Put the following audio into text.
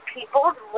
People's